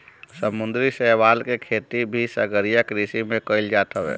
समुंदरी शैवाल के खेती भी सागरीय कृषि में कईल जात हवे